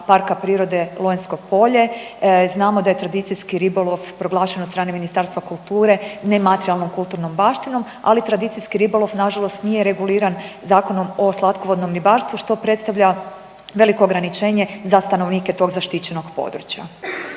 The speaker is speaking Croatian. Parka prirode Lonjsko polje. Znamo da je tradicijski ribolov proglašen od strane Ministarstva kulture nematerijalnom kulturnom baštinom, ali tradicijski ribolov nažalost nije reguliran Zakonom o slatkovodnom ribarstvu što predstavlja veliko ograničenje za stanovnike tog zaštićenog područja.